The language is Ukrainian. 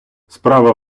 справа